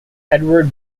edward